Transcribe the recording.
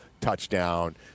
touchdown